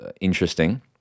interesting